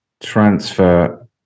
transfer